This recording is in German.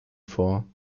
vor